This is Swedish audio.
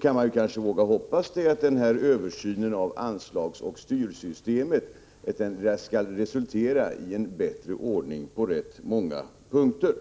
kan vi kanske våga hoppas att översynen av anslagsoch styrsystemet skall resultera i en bättre ordning på rätt många punkter.